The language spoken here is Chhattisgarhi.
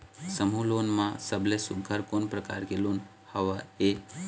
समूह लोन मा सबले सुघ्घर कोन प्रकार के लोन हवेए?